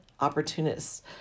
opportunists